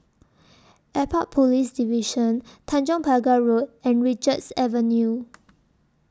Airport Police Division Tanjong Pagar Road and Richards Avenue